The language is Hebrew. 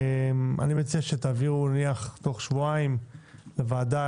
אני מציע שתעבירו תוך שבועיים לוועדה